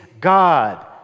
God